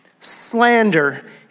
slander